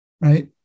right